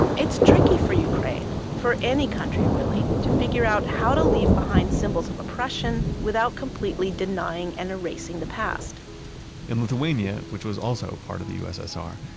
it's tricky for ukraine, for any country really, to figure out how to leave behind symbols of oppression without completely denying and erasing the past in lithuania, which was also a part of the ussr,